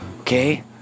Okay